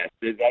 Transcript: Yes